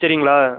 சரிங்களா